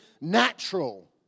natural